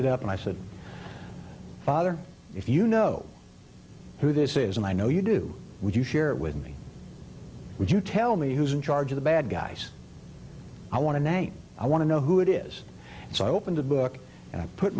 get up and i said father if you know who this is and i know you do would you share it with me would you tell me who's in charge of the bad guys i want to name i want to know who it is so i open the book and i put